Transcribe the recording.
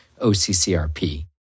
OCCRP